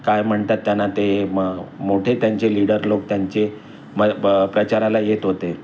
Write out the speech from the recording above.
काय म्हणतात त्यांना ते मोठे त्यांचे लिडर लोक त्यांचे ब प्रचाराला येत होते